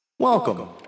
Welcome